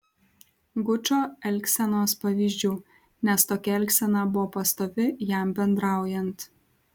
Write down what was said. gučo elgsenos pavyzdžių nes tokia elgsena buvo pastovi jam bendraujant